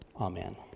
amen